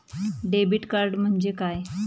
Debit card म्हणजे काय?